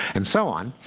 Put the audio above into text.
and so on.